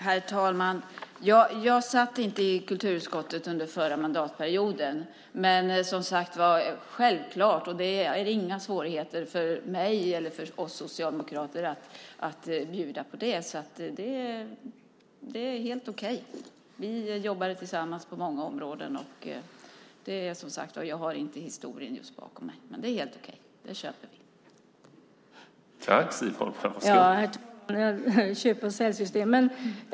Herr talman! Jag satt inte i kulturutskottet under förra mandatperioden. Självklart, det är inga svårigheter för mig eller för oss socialdemokrater att bjuda på det. Det är helt okej. Vi jobbade tillsammans på många områden. Jag har inte historien före mig, men det är helt okej. Det köper vi.